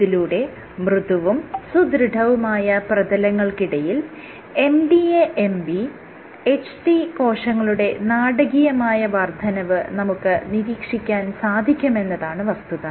ഇതിലൂടെ മൃദുവും സുദൃഢവുമായ പ്രതലങ്ങൾക്കിടയിൽ MDA MB HT കോശങ്ങളുടെ നാടകീയമായ വർദ്ധനവ് നമുക്ക് നിരീക്ഷിക്കാൻ സാധിക്കും എന്നതാണ് വസ്തുത